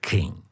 King